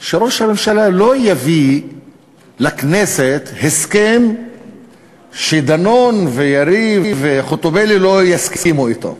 שראש הממשלה לא יביא לכנסת הסכם שדנון ויריב וחוטובלי לא יסכימו אתו.